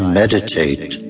meditate